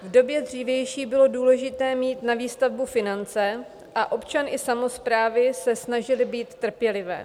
V době dřívější bylo důležité mít na výstavbu finance a občan i samosprávy se snažily být trpělivé.